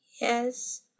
Yes